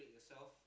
soft